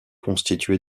constitué